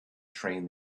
train